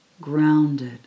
grounded